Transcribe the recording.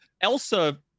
Elsa